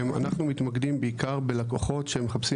אנחנו מתמקדים בעיקר בלקוחות שמחפשים